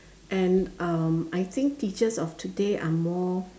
and um I think teachers of today are more